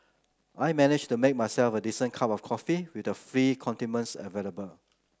I managed make myself a decent cup of coffee with the free condiments available